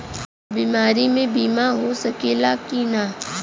बीमारी मे बीमा हो सकेला कि ना?